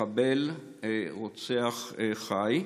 מחבל, רוצח, חי.